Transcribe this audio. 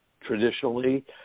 traditionally